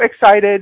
excited